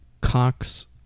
Cox